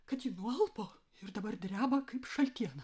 kad ji nualpo ir dabar dreba kaip šaltiena